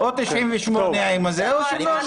בסדר גמור.